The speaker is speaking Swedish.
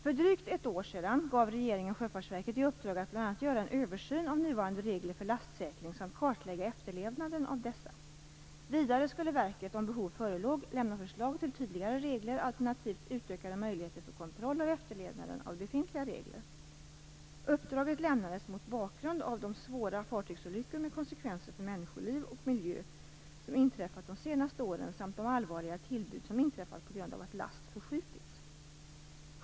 För drygt ett år sedan gav regeringen Sjöfartsverket i uppdrag att bl.a. göra en översyn av nuvarande regler för lastsäkring samt kartlägga efterlevnaden av dessa. Vidare skulle verket, om behov förelåg, lämna förlag till tydligare regler, alternativt utökade möjligheter för kontroll av efterlevnaden av befintliga regler. Uppdraget lämnades mot bakgrund av de svåra fartygsolyckor med konsekvenser för människoliv och miljö som inträffat de senaste åren samt de allvarliga tillbud som inträffat på grund av att last förskjutits.